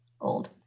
old